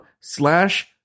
slash